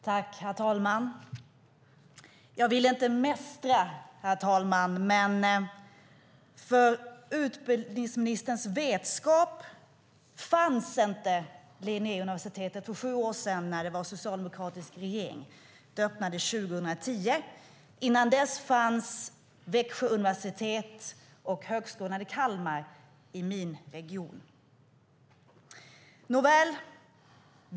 Herr talman! Jag vill inte mästra utbildningsministern, men för hans vetskap kan jag säga att Linnéuniversitetet inte fanns för sju år sedan när vi hade en socialdemokratisk regering. Universitetet öppnade 2010. Innan dess fanns Växjö universitet och Högskolan i Kalmar i min region.